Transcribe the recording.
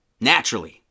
Naturally